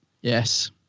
Yes